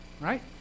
right